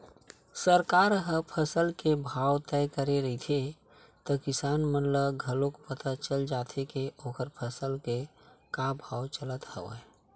सरकार ह फसल के भाव तय करे रहिथे त किसान मन ल घलोक पता चल जाथे के ओखर फसल के का भाव चलत हवय